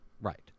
Right